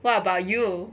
what about you